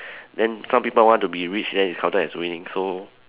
then some people want to be rich then it's counted as winning so